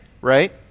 right